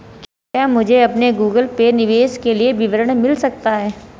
क्या मुझे अपने गूगल पे निवेश के लिए विवरण मिल सकता है?